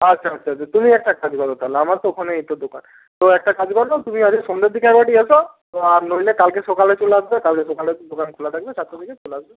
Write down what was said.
আচ্ছা আচ্ছা আচ্ছা তুমি একটা কাজ করো তাহলে আমার তো ওখানেই তো দোকান তো একটা কাজ করো তুমি আজকে সন্ধ্যের দিকে একবারটি এসো আর নইলে কালকে সকালে চলে আসবে কালকে সকালে তো দোকান খোলা থাকবে সাতটার দিকে চলে আসবে